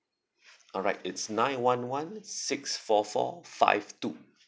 alright it's nine one one six four four five two